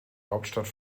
hauptstadt